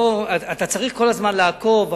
אתה צריך כל הזמן לעקוב,